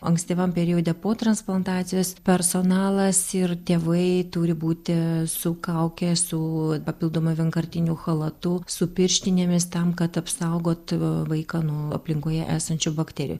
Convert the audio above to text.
ankstyvam periode po transplantacijos personalas ir tėvai turi būti su kauke su papildoma vienkartiniu chalatu su pirštinėmis tam kad apsaugot vaiką nuo aplinkoje esančių bakterijų